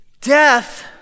Death